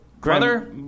brother